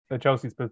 Chelsea's